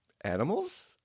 animals